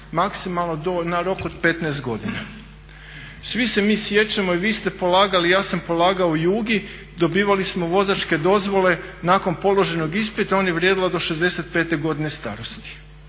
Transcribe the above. maksimalno do na rok od 15 godina. Svi se mi sjećamo i vi ste polagali i ja sam polagao u Jugi, dobivali smo vozačke dozvole nakon položenog ispita, ona je vrijedila do 65 godine starosti.